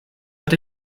but